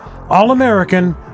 All-American